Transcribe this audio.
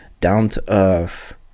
down-to-earth